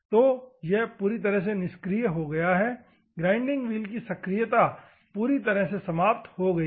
तो यह पूरी तरह से निष्क्रिय हो गया है ग्राइंडिंग व्हील की सक्रियता पूरी तरह से समाप्त हो गई है